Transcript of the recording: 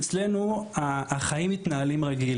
אצלנו החיים מתנהלים רגיל,